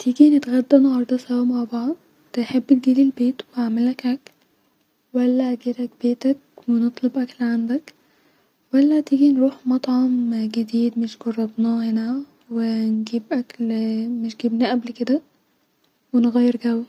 تيجي نتغدا انهرده سوا مع بعض-تحب تجيلي البيت واعملك اكل-ولا اجيلك بيتك ونطلب اكل عندك-ولا نروح مطعم جديد مش جربناه هنا-ونجيب اكل مش جبناه قبل كده ونغير جو